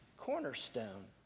cornerstone